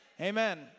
Amen